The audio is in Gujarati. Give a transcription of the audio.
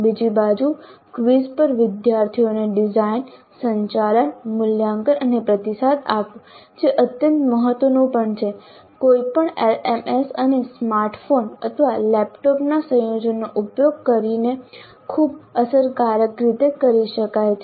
બીજી બાજુ ક્વિઝ પર વિદ્યાર્થીઓને ડિઝાઇન સંચાલન મૂલ્યાંકન અને પ્રતિસાદ આપવો જે અત્યંત મહત્વનું પણ છે કોઈપણ એલએમએસ અને સ્માર્ટ ફોન અથવા લેપટોપના સંયોજનનો ઉપયોગ કરીને ખૂબ અસરકારક રીતે કરી શકાય છે